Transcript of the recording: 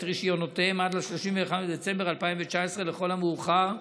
רישיונותיהם עד ל-31 בדצמבר 2019 לכל המאוחר,